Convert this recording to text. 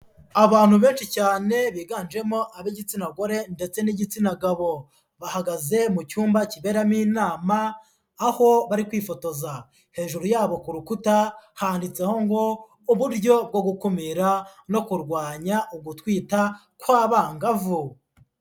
Abantu benshi cyane biganjemo ab'igitsina gore ndetse n'igitsina gabo, bahagaze mu cyumba kiberamo inama aho bari kwifotoza, hejuru yabo ku rukuta handitseho ngo uburyo bwo gukumira no kurwanya ugutwita kw'abangavu.